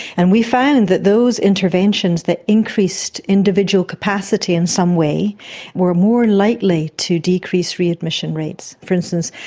and we found that those interventions that increased individual capacity in some way were more likely to decrease readmission rates. for instance,